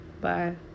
bye